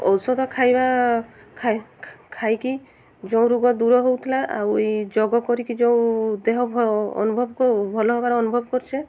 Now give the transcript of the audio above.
ଔଷଧ ଖାଇବା ଖାଇକି ଯେଉଁ ରୋଗ ଦୂର ହେଉଥିଲା ଆଉ ଏଇ ଯୋଗ କରିକି ଯେଉଁ ଦେହ ଅନୁଭବ ଭଲ ହେବାର ଅନୁଭବ କରୁଛେ